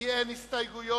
כי אין הסתייגויות,